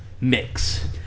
mix